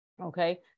okay